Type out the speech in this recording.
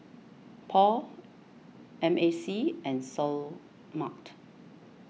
Paul M A C and Seoul Mart